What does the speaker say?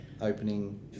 opening